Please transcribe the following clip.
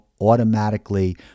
automatically